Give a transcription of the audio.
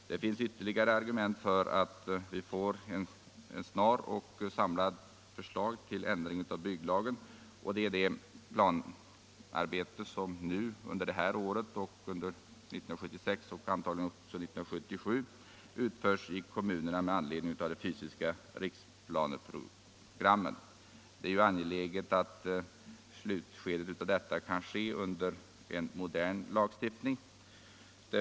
Det finns ytterligare argument för att vi snart behöver få ett samlat förslag till ändring av bygglagen, och det är det planarbete som under innevarande år, under 1976 och antagligen också under 1977 utförs i kommunerna med anledning av de fysiska riksplaneprogrammen. Det är ju angeläget att detta arbete i slutskedet kan äga rum under en modern lagstiftning.